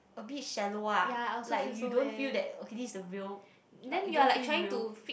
a bit shallow ah like you don't feel that this is the real like you don't feel real